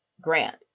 grant